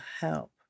help